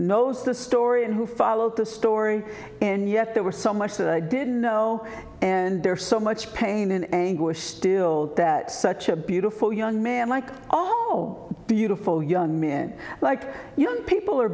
knows the story and who followed the story and yet there were so much that i didn't know and there so much pain and anguish still that such a beautiful young man like all beautiful young men like young people